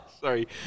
Sorry